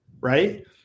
right